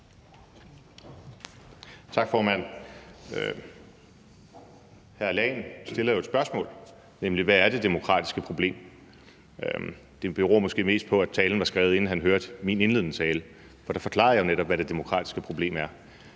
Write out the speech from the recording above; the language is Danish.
Tak, formand. Hr. Leif Lahn Jensen stiller jo et spørgsmål, nemlig hvad det demokratiske problem er. Det beror måske mest på, at talen er skrevet, inden han hørte min indledende tale, for der forklarede jeg netop, hvad det demokratiske problem er.